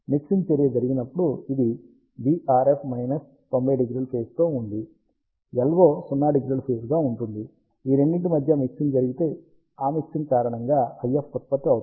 mixing చర్య జరిగినప్పుడు ఇది vRF 90° ఫేజ్ తో ఉంది LO 0° ఫేజ్ గా ఉంటుంది ఈ రెండింటి మధ్య మిక్సింగ్ జరిగితే ఆ మిక్సింగ్ కారణంగా IF ఉత్పత్తి అవుతుంది